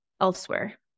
elsewhere